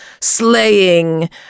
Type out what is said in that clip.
slaying